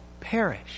perish